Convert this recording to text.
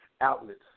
outlets